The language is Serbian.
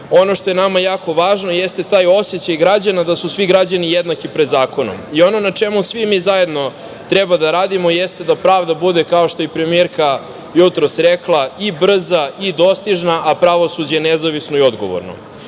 itd. Ono što je nama jako važno jeste taj osećaj građana da su svi građani jednaki pred zakonom i ono na čemu svi mi zajedno treba da radimo jeste da pravda bude, kao što je i premijerka jutros rekla, i brza i dostižna, a pravosuđe nezavisno i odgovorno.Za